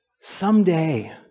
someday